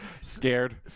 Scared